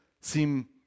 seem